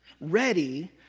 ready